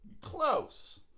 Close